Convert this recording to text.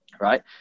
Right